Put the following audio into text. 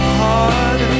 hard